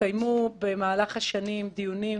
התקיימו במהלך השנים דיונים